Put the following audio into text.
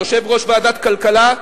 יושב-ראש ועדת הכלכלה,